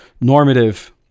normative